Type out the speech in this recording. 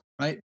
right